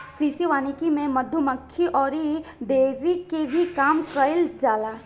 कृषि वानिकी में मधुमक्खी अउरी डेयरी के भी काम कईल जाला